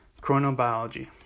chronobiology